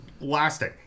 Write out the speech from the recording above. lasting